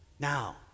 Now